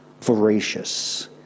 voracious